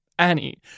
Annie